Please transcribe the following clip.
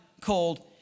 called